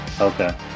Okay